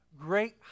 great